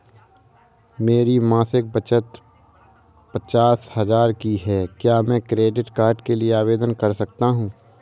मेरी मासिक बचत पचास हजार की है क्या मैं क्रेडिट कार्ड के लिए आवेदन कर सकता हूँ?